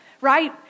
right